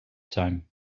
time